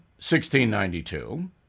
1692